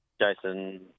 Jason